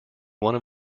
one